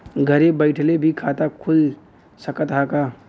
घरे बइठले भी खाता खुल सकत ह का?